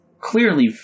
clearly